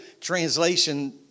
translation